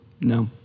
No